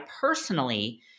personally